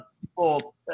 people